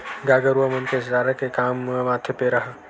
गाय गरुवा मन के चारा के काम म आथे पेरा ह